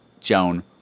Joan